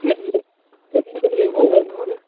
नहीं लेकिन जो यह ओवरलोड